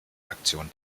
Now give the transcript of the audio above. aktion